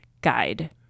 Guide